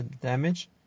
damage